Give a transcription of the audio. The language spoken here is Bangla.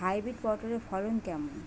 হাইব্রিড পটলের ফলন কেমন?